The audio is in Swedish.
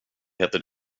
heter